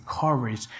courage